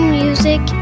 music